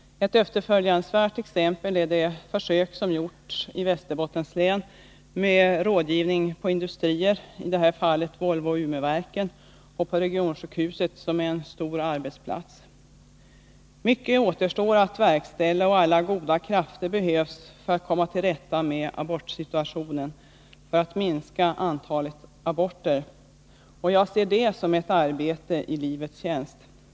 Ett efterföljansvärt Torsdagen den exempel är det försök som gjorts i Västerbottens län med rådgivning på 2 december 1982 industrier — i det här fallet Volvo Umeverken — och på regionsjukhuset, som är en stor arbetsplats. Mycket återstår att verkställa, och alla goda krafter behövs för att komma till rätta med abortsituationen och för att minska antalet aborter. Jag ser detta som ett arbete i livets tjänst. Herr talman!